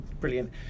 brilliant